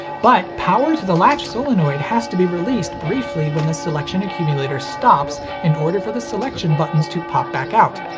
but power to the latch solenoid has to be released briefly when the selection accumulator stops in order for the selection buttons to pop back out,